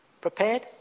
prepared